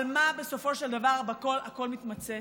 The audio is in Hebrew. אבל במה בסופו של דבר הכול מתמצה?